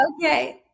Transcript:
Okay